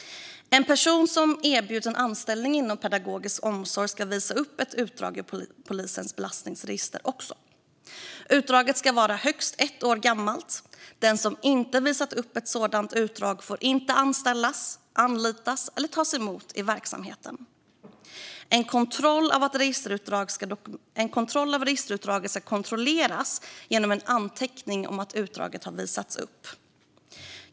En person som erbjuds en anställning inom pedagogisk omsorg ska också visa upp ett utdrag ur polisens belastningsregister. Utdraget ska vara högst ett år gammalt. Den som inte har visat upp ett sådant utdrag får inte anställas, anlitas eller tas emot i verksamheten. En kontroll av ett registerutdrag ska dokumenteras genom en anteckning om att utdraget har visats upp.